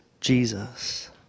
Jesus